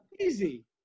easy